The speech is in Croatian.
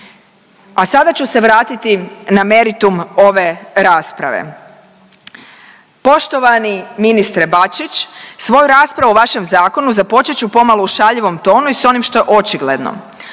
A sada ću se vratiti na meritum ove rasprave. Poštovani ministre Bačić svoju raspravu o vašem zakonu započet ću pomalo u šaljivom tonu i sa onim što je očigledno,